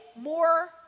more